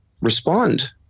respond